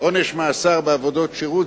עונש מאסר בעבודות שירות,